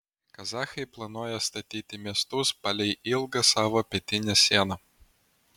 kazachai planuoja statyti miestus palei ilgą savo pietinę sieną